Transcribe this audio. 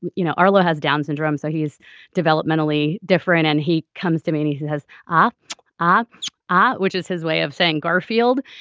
you know arlo has down syndrome so he's developmentally different and he comes to me who has ah up um ah which is his way of saying garfield.